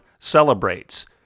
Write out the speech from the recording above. celebrates